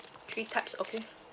three types okay